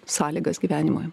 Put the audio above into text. sąlygas gyvenimui